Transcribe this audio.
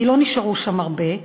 כי לא נשארו שם הרבה,